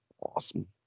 Awesome